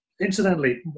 incidentally